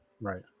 Right